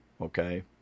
okay